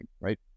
right